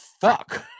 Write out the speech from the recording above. fuck